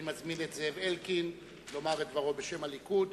אני מזמין את זאב אלקין לומר את דברו בשם הליכוד.